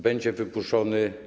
Będzie wyburzony?